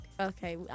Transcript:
Okay